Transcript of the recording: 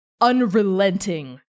unrelenting